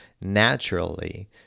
naturally